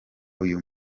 uyu